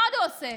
מה עוד הוא עושה,